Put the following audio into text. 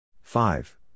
five